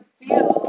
feel